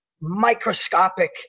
microscopic